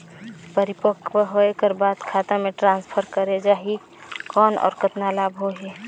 परिपक्व होय कर बाद खाता मे ट्रांसफर करे जा ही कौन और कतना लाभ होही?